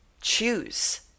choose